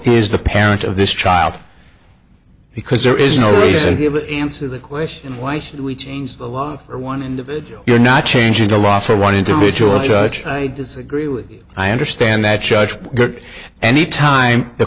is the parent of this child because there is no reason the question why should we change the law for one and you're not changing the law for one individual judge i disagree with you i understand that judge any time the